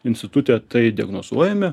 institute tai diagnozuojame